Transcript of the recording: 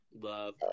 love